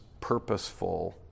purposeful